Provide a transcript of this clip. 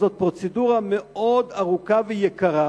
זאת פרוצדורה מאוד ארוכה ויקרה,